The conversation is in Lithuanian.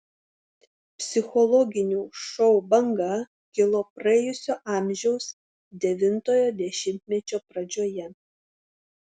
psichologinių šou banga kilo praėjusio amžiaus devintojo dešimtmečio pradžioje